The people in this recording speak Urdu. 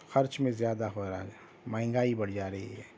خرچ میں زیادہ ہو رہا ہے مہنگائی بڑھ جا رہی ہے